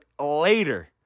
later